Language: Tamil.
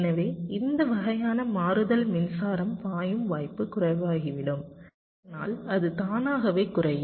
எனவே இந்த வகையான மாறுதல் மின்சாரம் பாயும் வாய்ப்பு குறைவாகிவிடும் இதனால் அது தானாகவே குறையும்